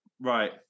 Right